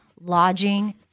lodging